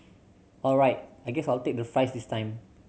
all right I guess I'll take the fries this time